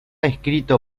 escrito